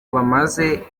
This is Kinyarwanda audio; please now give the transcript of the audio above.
bamaze